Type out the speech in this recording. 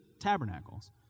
Tabernacles